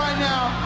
now.